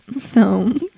film